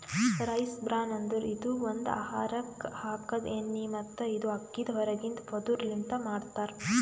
rice bran ಅಂದುರ್ ಇದು ಒಂದು ಆಹಾರಕ್ ಹಾಕದ್ ಎಣ್ಣಿ ಮತ್ತ ಇದು ಅಕ್ಕಿದ್ ಹೊರಗಿಂದ ಪದುರ್ ಲಿಂತ್ ಮಾಡ್ತಾರ್